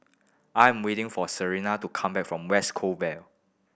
I'm waiting for Serina to come back from West Coast Vale